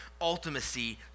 ultimacy